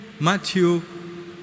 Matthew